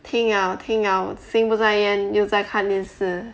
听了听了心不在焉又在看电视